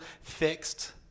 fixed